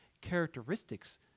characteristics